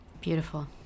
Beautiful